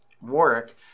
Warwick